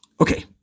okay